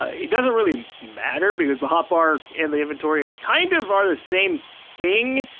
it doesn't really matter because the hotbar and the inventory, kind of are the same thing.